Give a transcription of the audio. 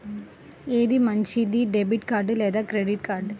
ఏది మంచిది, debit card లేదా క్రెడిట్ కార్డ్?